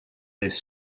these